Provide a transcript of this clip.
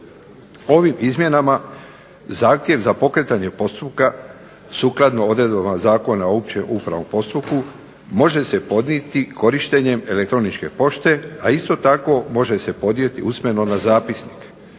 Ovim izmjenama zahtjev za pokretanje postupka, sukladno odredbama Zakona o općem upravnom postupku može se podnijeti korištenjem elektroničke pošte, a isto tako može se podnijeti usmeno na zapisnik.